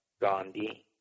gandhi